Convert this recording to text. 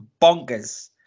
bonkers